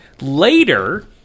Later